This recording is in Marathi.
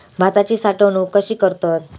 भाताची साठवूनक कशी करतत?